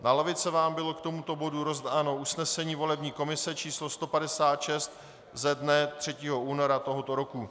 Na lavice vám bylo k tomuto bodu rozdáno usnesení volební komise číslo 156 ze dne 3. února tohoto roku.